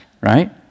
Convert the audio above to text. right